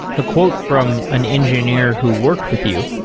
a quote from an engineer who worked with you,